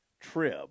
Trib